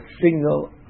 single